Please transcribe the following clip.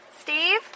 Steve